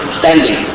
standing